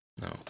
No